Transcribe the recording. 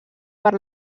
per